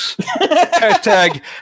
Hashtag